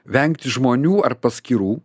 vengti žmonių ar paskyrų